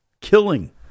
killing